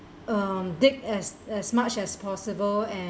um dig as as much as possible and